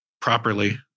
properly